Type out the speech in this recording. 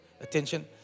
attention